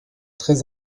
très